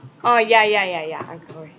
orh ya ya ya ya uncle boy